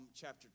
chapter